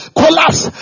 collapse